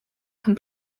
can